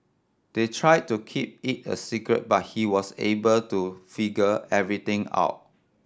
they tried to keep it a secret but he was able to figure everything out